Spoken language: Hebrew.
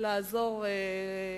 לעזור לה.